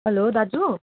hello दाजु